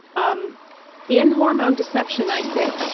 um in hormone deception, i said,